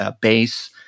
base